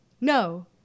No